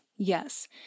Yes